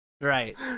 right